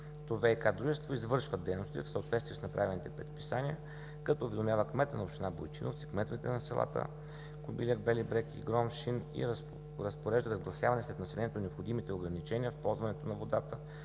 ВиК дружество извършва дейности в съответствие с направените предписания, като уведомява кмета на община Бойчиновци, кметовете на селата Кобиляк, Бели Брег и Громшин и разпорежда разгласяване сред населението на необходимите ограничения в ползването на водата